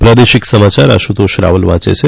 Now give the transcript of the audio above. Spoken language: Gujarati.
પ્રાદેશિક સમાચાર આશુતોષ રાવલ વાંચે છે